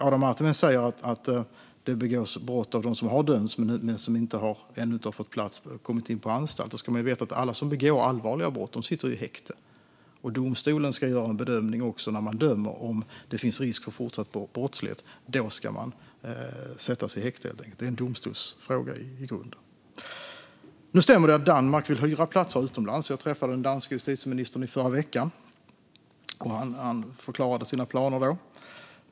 Adam Marttinen säger att det begås brott av personer som har dömts men ännu inte kommit in på anstalt. Då ska man veta att alla som har begått allvarliga brott sitter i häkte. Domstolen ska när den dömer också göra en bedömning av om det finns risk för fortsatt brottslighet. Då ska personen sättas i häkte, helt enkelt. Det är en domstolsfråga i grunden. Det stämmer att Danmark vill hyra platser utomlands. Jag träffade den danske justitieministern i förra veckan. Han förklarade sina planer då.